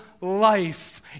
life